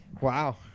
wow